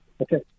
Okay